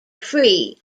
free